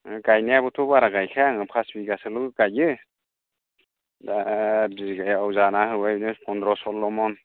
गायनायाबोथ' बारा गायखाया आङो पास बिघासोल' गायो दा बिघायाव जाना होबायबो फनद्र चल्लमन